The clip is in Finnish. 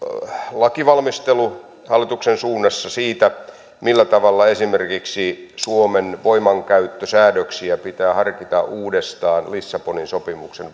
lakivalmistelu hallituksen suunnassa siitä millä tavalla esimerkiksi suomen voimankäyttösäädöksiä pitää harkita uudestaan lissabonin sopimuksen